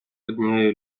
однієї